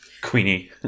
Queenie